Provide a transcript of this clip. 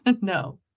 No